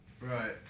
Right